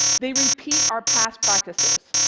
they repeat our past practices,